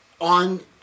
on